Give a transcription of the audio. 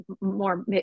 more